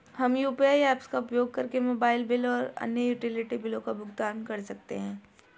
हम UPI apps का उपयोग करके मोबाइल बिल और अन्य यूटिलिटी बिलों का भुगतान कर सकते हैं